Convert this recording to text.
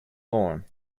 form